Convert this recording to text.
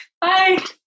Bye